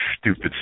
stupid